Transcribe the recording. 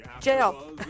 jail